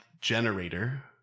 generator